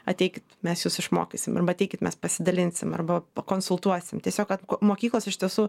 ateikit mes jus išmokysim arba ateikit mes pasidalinsim arba pakonsultuosim tiesiog kad mokyklos iš tiesų